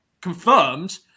confirmed